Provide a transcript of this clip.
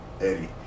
Eddie